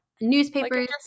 Newspapers